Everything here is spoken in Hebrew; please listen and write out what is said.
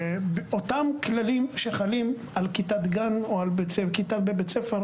אותם כללים שחלים על כיתת גן או על כיתה בבית ספר,